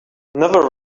another